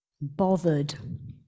bothered